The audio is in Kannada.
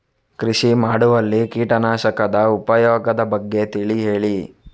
ಕೃಷಿ ಮಾಡುವಲ್ಲಿ ಕೀಟನಾಶಕದ ಉಪಯೋಗದ ಬಗ್ಗೆ ತಿಳಿ ಹೇಳಿ